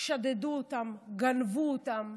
שדדו אותם, גנבו אותם,